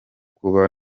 kuba